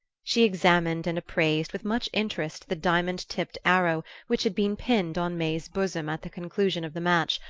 she examined and appraised with much interest the diamond-tipped arrow which had been pinned on may's bosom at the conclusion of the match,